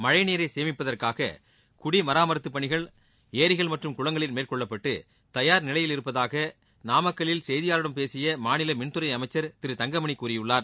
மழை நீரை சேமிப்பதற்காக குடிமராமத்துப் பணிகள் ஏரிகள் மற்றும் குளங்களில் மேற்கொள்ளப்பட்டு தயார் நிலையில் இருப்பதாக நாமக்கல்லில் செய்தியாளர்களிடம் பேசிய மாநில மின்துறை அமைச்சர் திரு தங்கமணி கூறியுள்ளார்